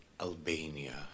Albania